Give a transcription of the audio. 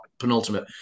penultimate